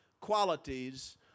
qualities